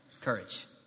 courage